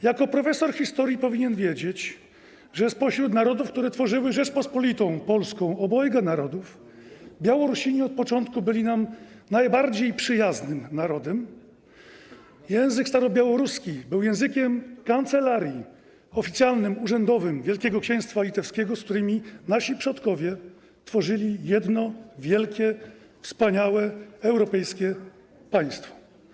Jako profesor historii powinien wiedzieć, że spośród narodów, które tworzyły Rzeczpospolitą Polską Obojga Narodów, Białorusini od początku byli najbardziej przyjaznym nam narodem, język starobiałoruski był językiem kancelarii, oficjalnym, urzędowym, Wielkiego Księstwa Litewskiego, z nimi nasi przodkowie tworzyli jedno wielkie, wspaniałe, europejskie państwo.